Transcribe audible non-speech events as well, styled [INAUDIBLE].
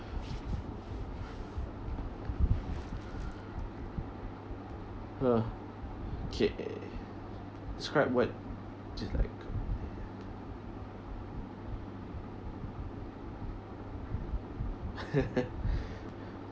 !huh! okay describe what just like [LAUGHS]